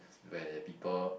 where the people